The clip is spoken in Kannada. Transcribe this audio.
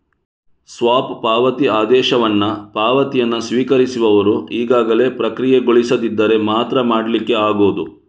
ಸ್ಟಾಪ್ ಪಾವತಿ ಆದೇಶವನ್ನ ಪಾವತಿಯನ್ನ ಸ್ವೀಕರಿಸುವವರು ಈಗಾಗಲೇ ಪ್ರಕ್ರಿಯೆಗೊಳಿಸದಿದ್ದರೆ ಮಾತ್ರ ಮಾಡ್ಲಿಕ್ಕೆ ಆಗುದು